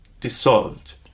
dissolved